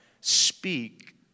speak